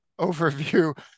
overview